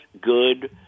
good